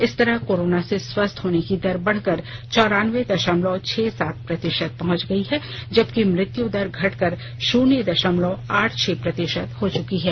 इस तरह कोरोना से स्वस्थ होने की दर बढ़कर चौरान्बे दशमलव छह सात प्रतिशत पहुंच गई है जबकि मृत्यु दर घटकर शून्य दशमलव आठ छह प्रतिशत हो चुकी है